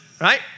right